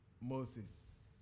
Moses